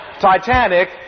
Titanic